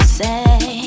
say